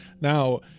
Now